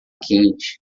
quente